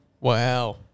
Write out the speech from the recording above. Wow